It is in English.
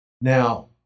Now